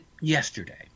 yesterday